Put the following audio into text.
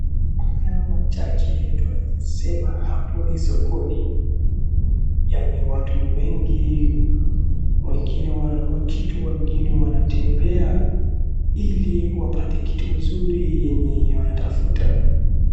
Kwa hayo machache tunaweza sema hapo ni sokoni, yaani watu ni wengi, wengine wananunua kitu wengine wanatembea ili wapate kitu mzuri yenye wanatafuta.